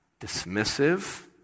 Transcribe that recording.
dismissive